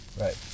Right